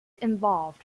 involved